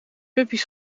puppy’s